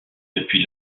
depuis